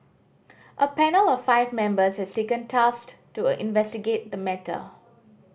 a panel of five members has tasked to investigate the matter